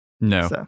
no